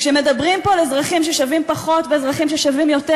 כשמדברים פה על אזרחים ששווים פחות ואזרחים ששווים יותר,